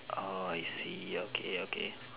orh I see okay okay